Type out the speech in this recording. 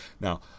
Now